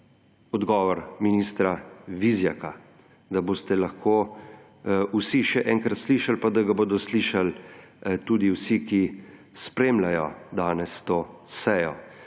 odgovor ministra Vizjaka, da boste lahko vsi še enkrat slišali pa da ga bodo slišali tudi vsi, ki spremljajo danes to sejo,